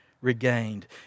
regained